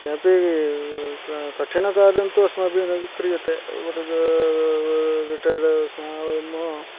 किमपि कठिनकार्यं तु अस्माभिः न क्रियते रिटायर्ड् स्मः वयम्